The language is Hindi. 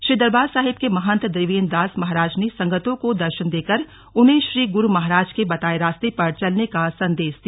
श्री दरबार साहिब के महंत देवेंद्र दास महाराज ने संगतों को दर्शन देकर उन्हें श्री गुरु महाराज के बताये रास्ते पर चलने का संदेश दिया